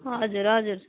हजुर हजुर